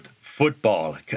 Football